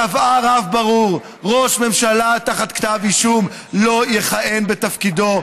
קבעה רף ברור: ראש ממשלה תחת כתב אישום לא יכהן בתפקידו.